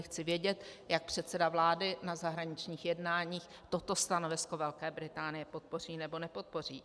Chci vědět, jak předseda vlády na zahraničních jednáních toto stanovisko Velké Británie podpoří, nebo nepodpoří.